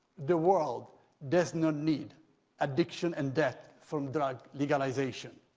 the world does not need addiction and death for drug legalization.